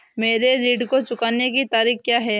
मेरे ऋण को चुकाने की तारीख़ क्या है?